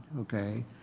okay